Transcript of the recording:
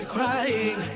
crying